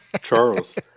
charles